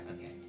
okay